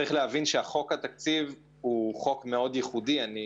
צריך להבין שחוק התקציב הוא ייחודי בזה